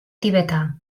tibetà